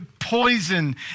poison